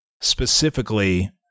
specifically